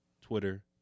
Twitter